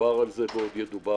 דובר על זה ועוד ידובר.